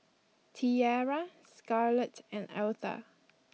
Tiera Scarlett and Altha